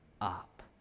up